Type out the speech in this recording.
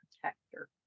protector